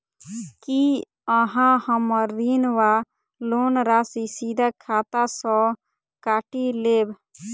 की अहाँ हम्मर ऋण वा लोन राशि सीधा खाता सँ काटि लेबऽ?